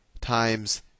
times